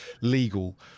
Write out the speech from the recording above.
legal